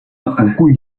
үгүй